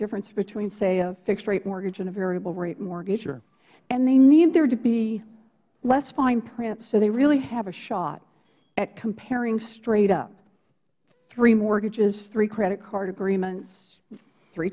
difference between say a fixed rate mortgage and a variable rate mortgage and they need there to be less fine print so they really have a shot at comparing straightup three mortgages three credit card agreements three